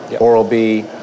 Oral-B